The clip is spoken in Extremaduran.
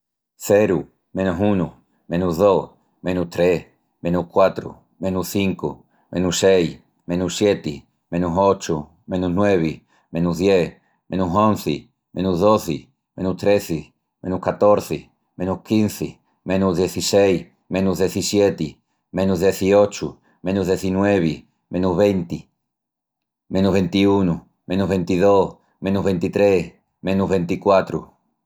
Ceru, menus unu, menus dos, menus tres, menus quatru, menus cincu, menus seis, menus sieti, menus ochu, menus nuevi, menus dies, menus onzi, menus dozi, menus trezi, menus catorzi, menus quinzi, menus dezisseis, menus dezissieti, menus deziochu, menus dezinuevi, menus venti, menus ventiunu, menus ventidós, menus ventitrés, menus ventiquatru...